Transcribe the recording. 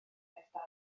degfed